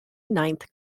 ninth